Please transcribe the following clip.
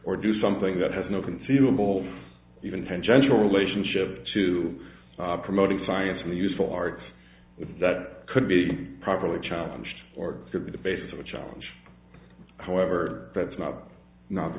or do something that has no conceivable even tangential relationship to promoting science and useful arts that could be properly challenged or to be the basis of a challenge however that's not not the